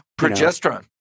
progesterone